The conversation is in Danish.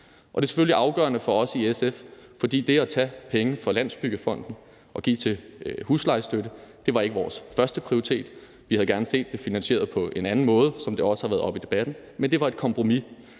det er selvfølgelig afgørende for os i SF, for det at tage penge fra Landsbyggefonden og give til huslejestøtte var ikke vores førsteprioritet; vi havde gerne set det finansieret på en anden måde, som det også har været oppe i debatten, men det var et kompromis.